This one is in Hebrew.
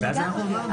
בהקשר הזה שתי הערות.